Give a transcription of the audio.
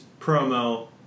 promo